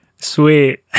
Sweet